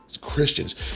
Christians